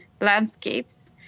landscapes